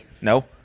No